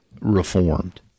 reformed